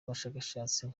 bashakashatsi